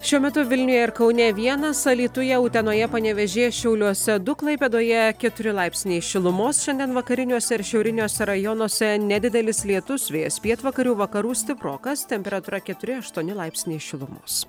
šiuo metu vilniuje ir kaune vienas alytuje utenoje panevėžyje šiauliuose du klaipėdoje keturi laipsniai šilumos šiandien vakariniuose ir šiauriniuose rajonuose nedidelis lietus vėjas pietvakarių vakarų stiprokas temperatūra keturi aštuoni laipsniai šilumos